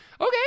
Okay